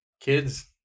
kids